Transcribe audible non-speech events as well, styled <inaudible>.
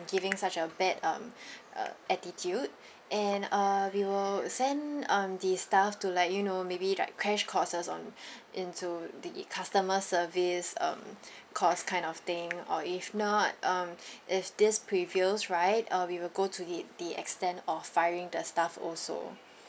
giving such a bad um <breath> uh attitude and uh we will send um this staff to like you know maybe like crash courses on <breath> into the customer service um course kind of thing or if not um <breath> if this prevails right uh we will go the the extent of firing the staff also